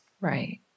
Right